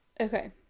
Okay